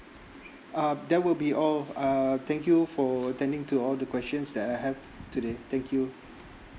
uh that will be all uh thank you for attending to all the questions that I have today thank you